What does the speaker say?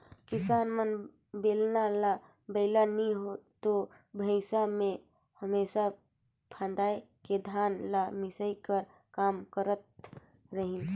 किसान मन बेलना ल बइला नी तो भइसा मे हमेसा फाएद के धान ल मिसे कर काम करत रहिन